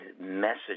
message